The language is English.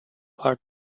got